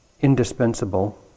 indispensable